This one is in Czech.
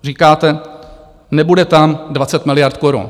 Říkáte nebude tam 20 miliard korun.